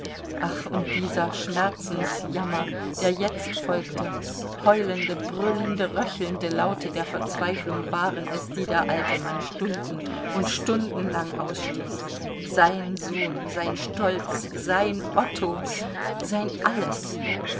ach und dieser schmerzensjammer der jetzt folgte heulende brüllende röchelnde laute der verzweiflung waren es die der alte mann stunden und stundenlang ausstieß sein sohn sein stolz sein otto sein alles